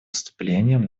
вступлением